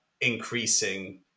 increasing